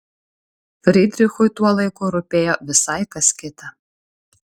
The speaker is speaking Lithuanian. frydrichui tuo laiku rūpėjo visai kas kita